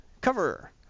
Cover